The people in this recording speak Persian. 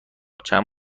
چند